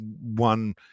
one